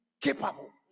capable